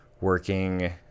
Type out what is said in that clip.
working